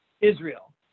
Israel